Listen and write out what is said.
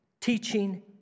teaching